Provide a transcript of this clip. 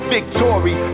Victory